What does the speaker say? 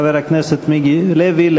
חבר הכנסת מיקי לוי,